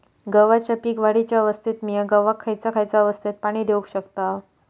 गव्हाच्या पीक वाढीच्या अवस्थेत मिया गव्हाक खैयचा खैयचा अवस्थेत पाणी देउक शकताव?